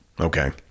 Okay